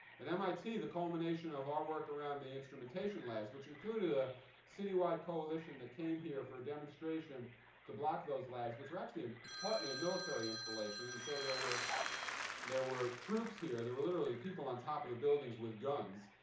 at mit, the culmination of our work around the instrumentation labs, which included a citywide coalition that came here for a demonstration to block those labs, which were actually ah partly a military installation, and so there were there were troops here. there were literally people on top of the buildings with guns